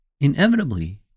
Inevitably